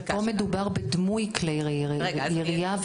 אבל פה מדובר בדמוי כלי ירייה --- רגע,